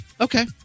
Okay